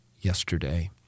yesterday